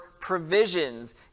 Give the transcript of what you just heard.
provisions